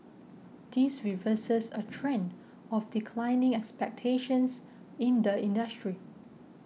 this reverses a trend of declining expectations in the industry